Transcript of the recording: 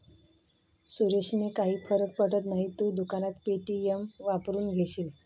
सुरेशने काही फरक पडत नाही, तू दुकानात पे.टी.एम वापरून घेशील